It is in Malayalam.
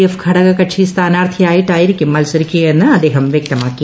എഫ് ഘടക കക്ഷി സ്ഥാനാർത്ഥിയായിട്ടായിരിക്കൂ് മൽസരിക്കുകയെന്ന് അദ്ദേഹം വ്യക്തമാക്കി